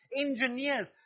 engineers